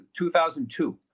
2002